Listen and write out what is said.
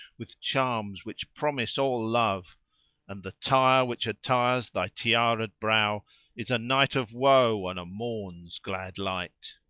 with charms which promise all love and the tire which attires thy tiara'd brow is a night of woe on a morn's glad light.